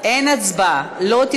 אין הצבעה על זה?